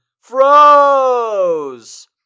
froze